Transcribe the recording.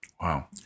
Wow